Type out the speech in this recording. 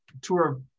tour